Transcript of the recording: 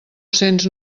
cents